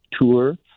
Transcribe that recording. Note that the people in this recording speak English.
tour